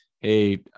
hey